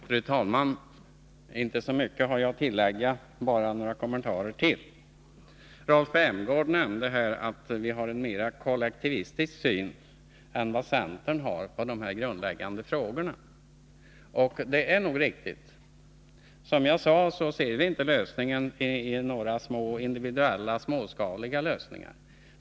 Fru talman! Jag har inte så mycket att tillägga, bara några kommentarer. Rolf Rämgård nämnde att vi har en mera kollektivistisk syn än vad centern har i dessa grundläggande frågor, och det är nog riktigt. Som jag sade ser vi inte lösningen i några individuella småskaliga åtgärder.